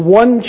one